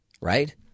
right